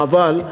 חבל.